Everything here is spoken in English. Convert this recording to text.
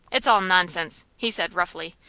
it's all nonsense! he said, roughly.